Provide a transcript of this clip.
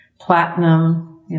platinum